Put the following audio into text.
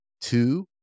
two